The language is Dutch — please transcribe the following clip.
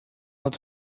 het